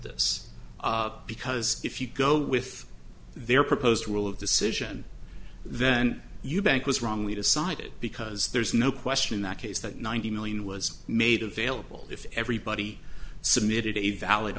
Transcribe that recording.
this because if you go with their proposed rule of decision then you bank was wrongly decided because there's no question in that case that ninety million was made available if everybody submitted a valid